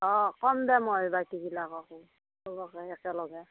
অঁ কম দে মই বাকী গিলাককো চবকে একেলগে